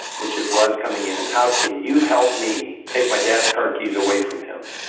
which it was coming in. how can you help me take my dad's car keys away from him?